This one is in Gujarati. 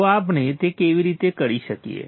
તો આપણે તે કેવી રીતે કરી શકીએ